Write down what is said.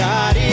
God